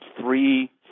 three